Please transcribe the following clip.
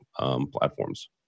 platforms